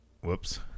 whoops